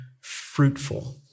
fruitful